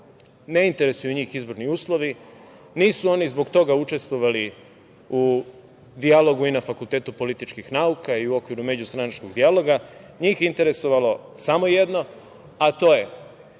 ne interesuju njih izborni uslovi, nisu oni zbog toga učestvovali u dijalogu i na Fakultetu političkih nauka i u okviru međustranačkog dijaloga. Njih je interesovalo samo jedno, a to je